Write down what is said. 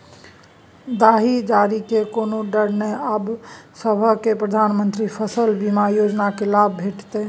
दाही जारीक कोनो डर नै आब सभकै प्रधानमंत्री फसल बीमा योजनाक लाभ भेटितै